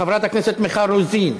חברת הכנסת מיכל רוזין,